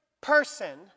person